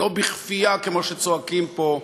לא בכפייה כמו שצועקים פה,